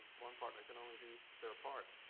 one partner can only do their part.